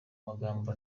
magambo